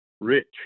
Rich